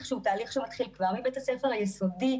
שהוא תהליך שמתחיל כבר מבית הספר היסודי,